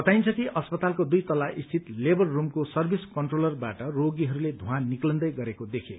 बताइन्छ कि अस्पतालको दुइ तल्ला स्थित लेबर रूमको सर्भिस कन्ट्रोलनबाट रोगीहरूले धूवाँ निकलन्दै गरेको देखे